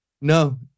No